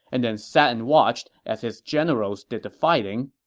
and then sat and watched as his generals did the fighting.